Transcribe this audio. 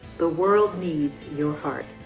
the world needs your heart.